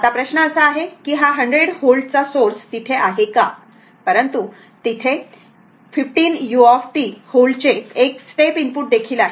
आता प्रश्न असा आहे की हा 100 व्होल्टचा सोर्स तिथे आहे का परंतु येथे 15 u व्होल्ट चे एक स्टेप इनपुट देखील आहे